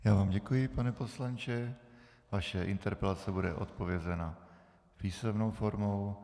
Já vám děkuji, pane poslanče, vaše interpelace bude odpovězena písemnou formou.